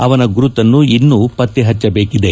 ಅವನ ಗುರುತನ್ನು ಇನ್ನೂ ಪಕ್ತೆ ಪಚ್ಚಬೇಕಿದೆ